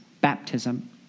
baptism